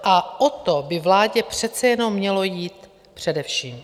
A o to by vládě přece jenom mělo jít především.